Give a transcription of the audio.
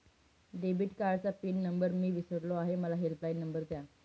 debit कार्डचा pin number मी विसरलो आहे मला हेल्पलाइन नंबर द्या